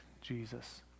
Jesus